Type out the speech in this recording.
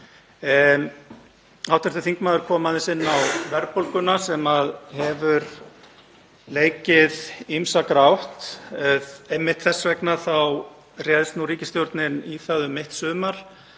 Hv. þingmaður kom aðeins inn á verðbólguna sem hefur leikið ýmsa grátt. Einmitt þess vegna réðst ríkisstjórnin í það um mitt sumar